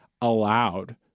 allowed